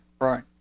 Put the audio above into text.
right